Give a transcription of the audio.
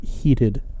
heated